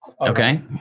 Okay